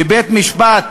שבית-משפט